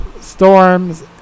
Storms